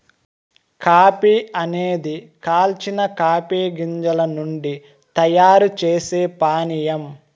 coffee అనేది కాల్చిన coffee గింజల నుండి తయారు చేసే పానీయం